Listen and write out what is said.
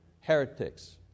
heretics